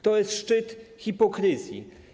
To jest szczyt hipokryzji.